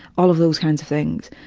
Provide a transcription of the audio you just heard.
all of those kinds of things.